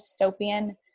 dystopian